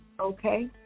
okay